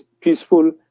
peaceful